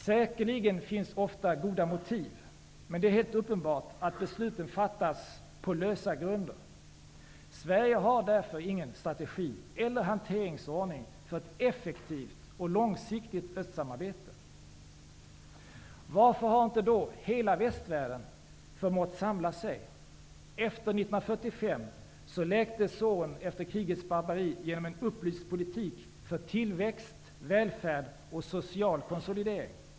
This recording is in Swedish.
Säkerligen finns ofta goda motiv, men det är helt uppenbart att besluten fattas på lösa grunder. Sverige har ingen strategi eller hanteringsordning för ett effektivt och långsiktigt östsamarbete. Varför har då inte hela västvärlden förmått samla sig? Efter 1945 läktes såren efter krigets barbari genom en upplyst politik för tillväxt, välfärd och social konsolidering.